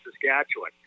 Saskatchewan